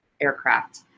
aircraft